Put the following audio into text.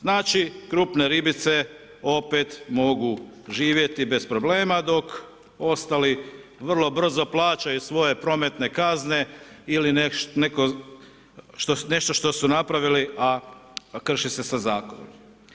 Znači krupne ribice opet mogu živjeti bez problema, dok ostali vrlo brzo plaćaju svoje prometne kazne ili nešto što su napravili, a krši se sa zakonom.